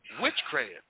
witchcraft